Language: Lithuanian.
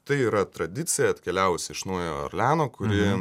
tai yra tradicija atkeliavusi iš naujojo orleano kuri